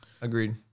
Agreed